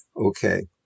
Okay